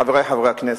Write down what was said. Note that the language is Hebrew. חברי חברי הכנסת,